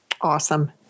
Awesome